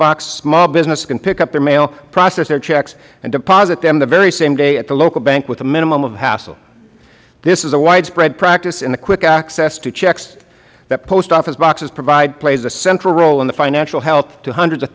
box small businesses can pick up their mail process their checks and deposit them the very same day at the local bank with a minimum of hassle this is a widespread practice and the quick access to checks that post office boxes provide plays a central role in the financial health to hundreds of